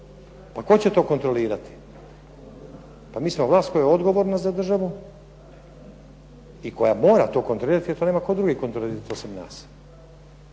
Pa tko će to kontrolirati? Pa mi smo vlast koja je odgovorna za državu i koja mora to kontrolirati, jer to nema tko drugi kontrolirati osim nas.